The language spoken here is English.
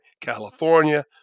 California